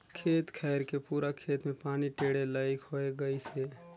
खेत खायर के पूरा खेत मे पानी टेंड़े लईक होए गइसे